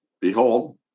Behold